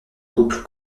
couple